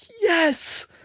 Yes